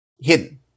hidden